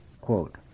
Quote